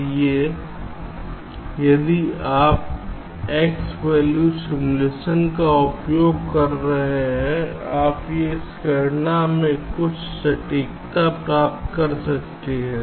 इसलिए यदि आप x वैल्यू सिमुलेशन का उपयोग कर रहे हैं आप इस गणना में कुछ सटीकता प्राप्त कर सकते हैं